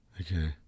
okay